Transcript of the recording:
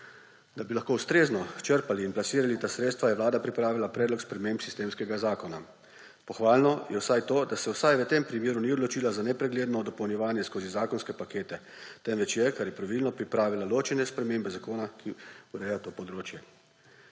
Da bi lahko ustrezno črpali in plasirali ta sredstva, je Vlada pripravila predlog sprememb sistemskega zakona. Pohvalno je vsaj to, da se vsaj v tem primeru ni odločila za nepregledno dopolnjevanje skozi zakonske pakete, temveč je, kar je pravilno, pripravila ločene spremembe zakona, ki ureja to področje.